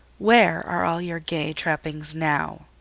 where are all your gay trappings now?